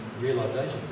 realizations